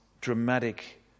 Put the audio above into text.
dramatic